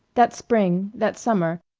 that spring, that summer,